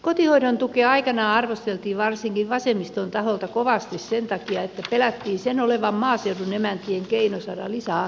kotihoidon tukea aikanaan arvosteltiin varsinkin vasemmiston taholta kovasti sen takia että pelättiin sen olevan maaseudun emäntien keino saada lisäansioita